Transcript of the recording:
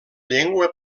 llengua